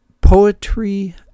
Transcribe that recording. poetry